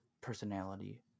personality